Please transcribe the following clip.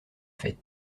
fête